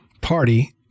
party